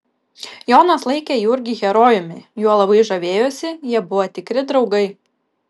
jonas laikė jurgį herojumi juo labai žavėjosi jie buvo tikri draugai